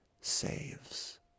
saves